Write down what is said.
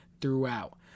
Throughout